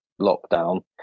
lockdown